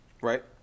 right